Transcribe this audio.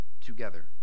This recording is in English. together